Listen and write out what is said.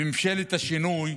ממשלת השינוי,